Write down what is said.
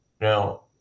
Now